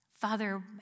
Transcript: Father